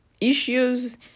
issues